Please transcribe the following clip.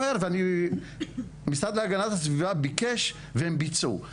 אומר והמשרד להגנת הסביבה ביקש והם ביצעו.